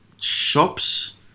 shops